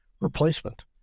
replacement